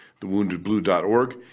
thewoundedblue.org